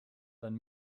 dann